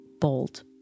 Bold